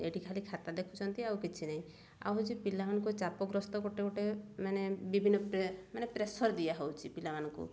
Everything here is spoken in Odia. ଏଇଠି ଖାଲି ଖାତା ଦେଖୁଛନ୍ତି ଆଉ କିଛି ନାହିଁ ଆଉ ହଉଛି ପିଲାମାନଙ୍କୁ ଚାପଗ୍ରସ୍ତ ଗୋଟେ ଗୋଟେ ମାନେ ବିଭିନ୍ନ ମାନେ ପ୍ରେସର ଦିଆହଉଛି ପିଲାମାନଙ୍କୁ